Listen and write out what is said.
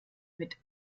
mit